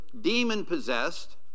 demon-possessed